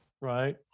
right